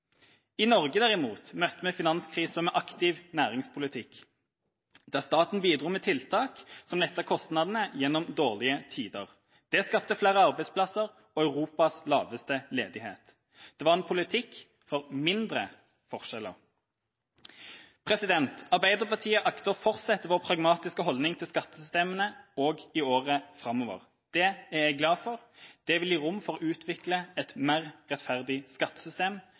I Norge møtte vi derimot finanskrisa med aktiv næringspolitikk, der staten bidro med tiltak som lettet kostnadene gjennom dårlige tider. Det skapte flere arbeidsplasser og Europas laveste ledighet. Det var en politikk for mindre forskjeller. Arbeiderpartiet akter å fortsette vår pragmatiske holdning til skattesystemet også i årene framover. Det er jeg glad for. Det vil gi rom for å utvikle et mer rettferdig skattesystem